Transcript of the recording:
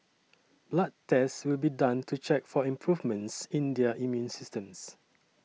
blood tests will be done to check for improvements in their immune systems